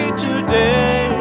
today